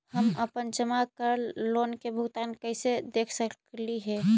हम अपन जमा करल लोन के भुगतान कैसे देख सकली हे?